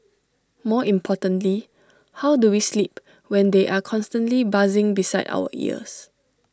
more importantly how do we sleep when they are constantly buzzing beside our ears